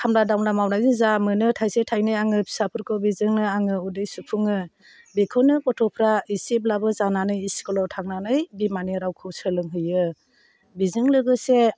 खामला दामला मावनायजों जाह मोनो थाइसे थाइनै आङो फिसाफोरखौ बेजोंनो आङो उदै सुफुङो बेखौनो गथ'फ्रा एसेब्लाबो जानानै स्कुलाव थांनानै बिमानि रावखौ सोलोंहैयो बेजों लोगोसे